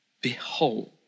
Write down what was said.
behold